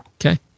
Okay